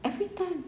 everytime